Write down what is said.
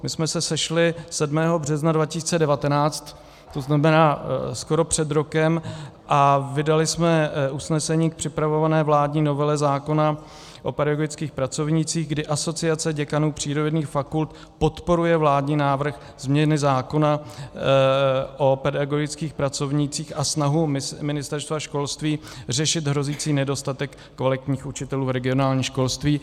My jsme se sešli 7. března 2019, to znamená skoro před rokem, a vydali jsme usnesení k připravované vládní novele zákona o pedagogických pracovnících, kdy Asociace děkanů přírodovědných fakult podporuje vládní návrh změny zákona o pedagogických pracovnících a snahu Ministerstva školství řešit hrozící nedostatek kvalitních učitelů v regionálním školství.